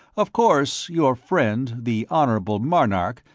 of course, your friend, the honorable marnark,